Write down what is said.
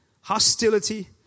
hostility